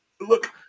look